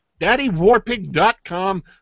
daddywarpig.com